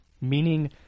meaning